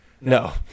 No